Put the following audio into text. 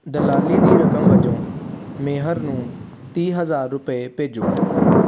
ਦਲਾਲੀ ਦੀ ਰਕਮ ਵਜੋਂ ਮੇਹਰ ਨੂੰ ਤੀਹ ਹਜ਼ਾਰ ਰੁਪਏ ਭੇਜੋ